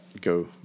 go